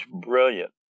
brilliant